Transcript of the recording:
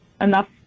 enough